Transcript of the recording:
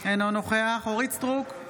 אינו נוכח אורית מלכה סטרוק,